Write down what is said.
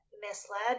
misled